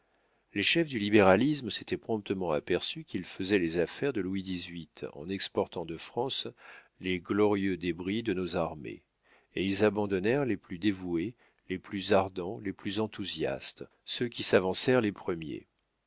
les chefs du libéralisme s'étaient promptement aperçus qu'ils faisaient les affaires de louis xviii en exportant de france les glorieux débris de nos armées et ils abandonnèrent les plus dévoués les plus ardents les plus enthousiastes ceux qui s'avancèrent les premiers